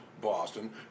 Boston